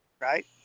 Right